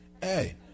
Hey